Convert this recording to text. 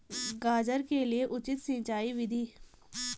गाजर के लिए उचित सिंचाई विधि?